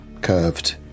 curved